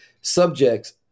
subjects